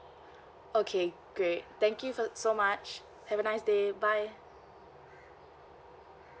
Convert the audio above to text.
okay great thank you so so much have a nice day bye